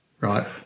right